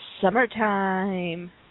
Summertime